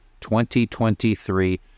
2023